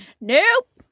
Nope